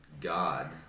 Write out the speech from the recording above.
God